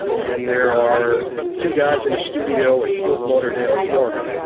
and there are two guys in a studio in fort lauderdale, florida,